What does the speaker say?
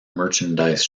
merchandise